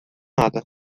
nada